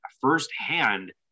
firsthand